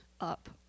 up